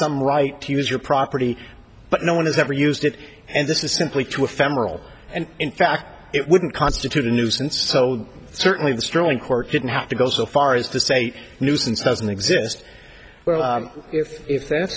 some right to use your property but no one has ever used it and this is simply to a federal and in fact it wouldn't constitute a nuisance so certainly destroying court didn't have to go so far as to say nuisance doesn't exist well if if that's